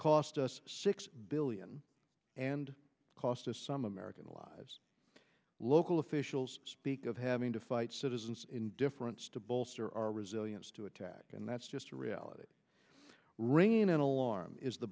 us six billion and cost us some american lives local officials speak of having to fight so isn't indifference to bolster our resilience to attack and that's just a reality reina launch is the